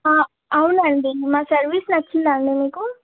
అవునండి మా సర్వీస్ నచ్చిందా అండి మీకు